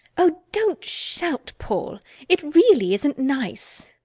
oh, don't shout, paul it really isn't nice.